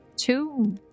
two